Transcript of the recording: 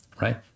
Right